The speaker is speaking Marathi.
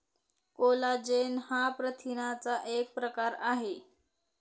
कोलाजेन हा प्रथिनांचा एक प्रकार आहे